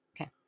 Okay